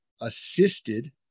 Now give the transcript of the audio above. assisted